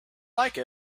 like